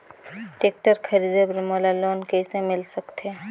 Tractor खरीदे बर मोला लोन कइसे मिल सकथे?